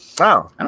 Wow